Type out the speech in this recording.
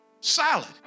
salad